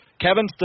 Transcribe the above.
Kevin